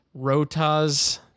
Rotas